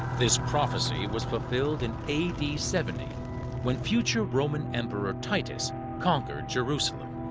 this prophecy was fulfilled in a d. seventy when future roman emperor titus conquered jerusalem.